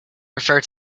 refer